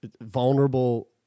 vulnerable